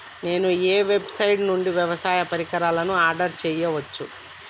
నేను ఏ వెబ్సైట్ నుండి వ్యవసాయ పరికరాలను ఆర్డర్ చేయవచ్చు?